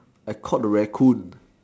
I caught the racoon